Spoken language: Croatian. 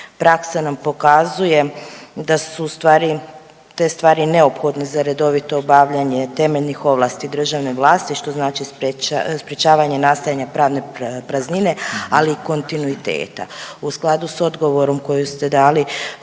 Praksa nam pokazuje da su u stvari te stvari neophodne za redovito obavljanje temeljnih ovlasti državne vlasti što znači sprječavanje nastajanja pravne praznine ali i kontinuiteta. U skladu s odgovorom koji ste dali